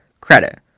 credit